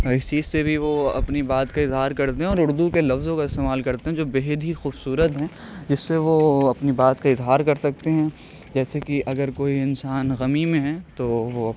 اس چیز سے بھی وہ اپنی بات کا اظہار کرتے ہیں اور اردو کے لفظوں کا استعمال کرتے ہیں جو بےحد ہی خوبصورت ہیں جس سے وہ اپنی بات کا اظہار کر سکتے ہیں جیسے کہ اگر کوئی انسان غمی میں ہے تو وہ